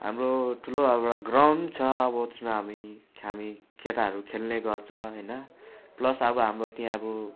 हाम्रो ठुलो अब ग्राउन्ड छ अब त्यसमा हामी हामी केटाहरू खेल्ने गर्छ होइन प्लस अब हाम्रो त्यहाँ अब